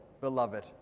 beloved